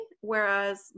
whereas